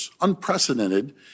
unprecedented